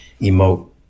emote